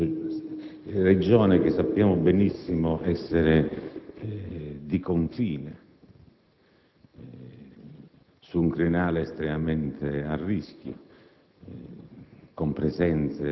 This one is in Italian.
Regione che sappiamo benissimo essere di confine, su un crinale estremamente a rischio,